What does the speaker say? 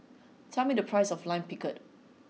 tell me the price of Lime Pickle